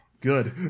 Good